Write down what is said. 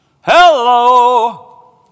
Hello